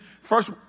first